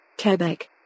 Quebec